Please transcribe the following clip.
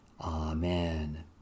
Amen